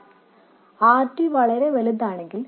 പ്രത്യേകിച്ചും R D വളരെ വലുതാണെങ്കിൽ